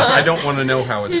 i don't want to know how